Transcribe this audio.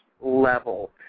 level